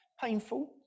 painful